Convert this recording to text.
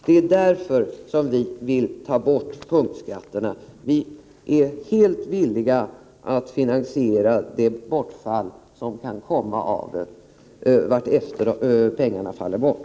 Det är därför som vi vill att punktskatterna skall avskaffas. Vi är helt villiga att finansiera det inkomstbortfall som kan bli följden allteftersom pengarna från dessa skatter faller bort.